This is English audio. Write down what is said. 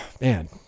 man